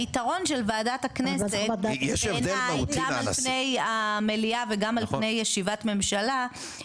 היתרון של ועדת הכנסת בעיני גם על פני המליאה וגם על פני ישיבת ממשלה,